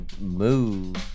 move